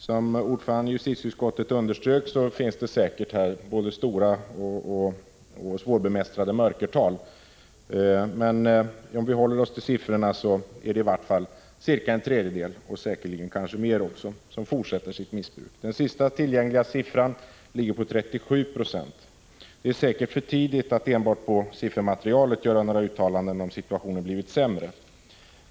Som ordföranden i justitieutskottet underströk finns det säkert både stora och svårbemästrade mörkertal här. Men om vi håller oss till siffrorna är det i varje fall en tredjedel, säkerligen fler, som fortsätter med sitt missbruk. Den senaste tillgängliga siffran är 37 Jo. Det är säkert för tidigt att enbart på grund av siffermaterialet göra några uttalanden om att situationen blivit sämre.